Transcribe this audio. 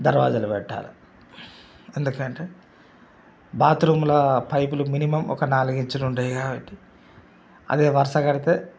దర్వాజాలు పెట్టాలి ఎందుకంటే బాత్రూంలో పైపులు మినిమమ్ ఒక నాలుగు ఇంచులు ఉంటాయి కాబట్టి అదే వరస కడితే